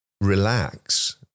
relax